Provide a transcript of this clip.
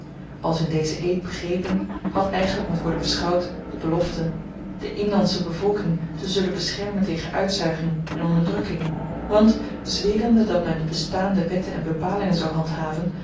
als in dezen eed begrepen had eigenlyk moeten worden beschouwd de belofte de inlandsche bevolking te zullen beschermen tegen uitzuiging en onderdrukking want zwerende dat men de bestaande wetten en bepalingen zou handhaven